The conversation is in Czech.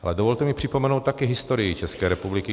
Ale dovolte mi připomenout také historii České republiky.